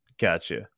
Gotcha